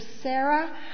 Sarah